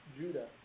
Judah